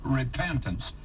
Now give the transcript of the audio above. repentance